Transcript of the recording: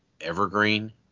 evergreen